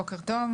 בוקר טוב.